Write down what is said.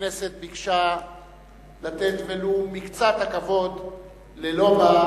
הכנסת ביקשה לתת ולו מקצת הכבוד ללובה,